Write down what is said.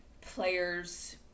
players